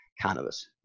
cannabis